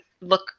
look